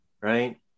Right